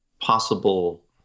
possible